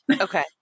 Okay